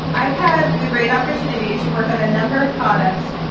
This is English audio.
i've had the great opportunity to work on a number of products,